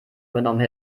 übernommen